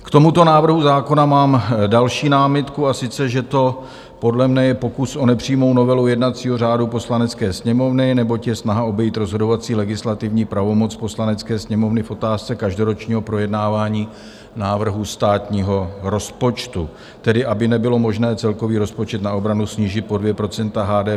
K tomuto návrhu zákona mám další námitku, a sice že to podle mně je pokus o nepřímou novelu jednacího řádu Poslanecké sněmovny, neboť je snaha obejít rozhodovací legislativní pravomoc Poslanecké sněmovny v otázce každoročního projednávání návrhu státního rozpočtu, tedy aby nebylo možné celkový rozpočet na obranu snížit pod 2 % HDP.